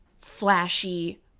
flashy